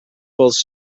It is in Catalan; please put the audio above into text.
pels